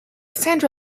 sandra